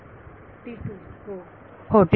विद्यार्थी हो हो